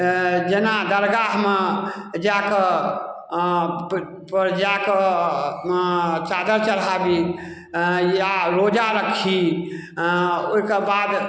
अँए जेना दरगाहमे जाकऽ पर जाकऽ अँ चादर चढ़ाबी अँए या रोजा राखी अँ आओर ओहिके बाद